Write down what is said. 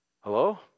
Hello